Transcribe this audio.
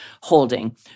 holding